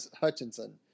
Hutchinson